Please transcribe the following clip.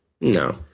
No